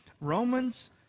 Romans